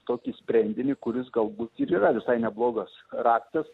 tokį sprendinį kuris galbūt ir yra visai neblogas raktas